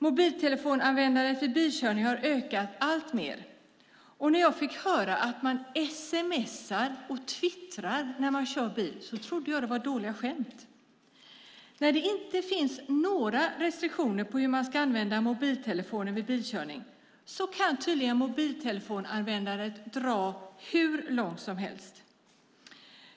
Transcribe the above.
Mobiltelefonanvändandet vid bilkörning har ökat alltmer, och när jag fick höra att man sms:ar och twittrar när man kör trodde jag att det var dåliga skämt. När det inte finns några restriktioner för att använda mobiltelefoner vid bilkörning kan tydligen mobiltelefonanvändandet dra hur långt som helst.